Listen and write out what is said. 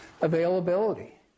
Availability